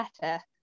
better